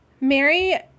Mary